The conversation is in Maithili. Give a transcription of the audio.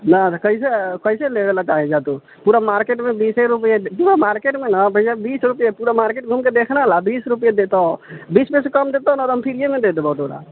नहि नहि कैसे ले गेलऽ हँ जा तू पूरा मार्केटमे बीस रूपए पूरा मार्केट न भैआ बीसे रूपए पूरा मार्किट घूमके देख न लऽ बीस रूपए देतऽ बीस रुपएसँ कम देतऽ हम फीरियेमे दे देबऽ तोरा